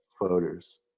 voters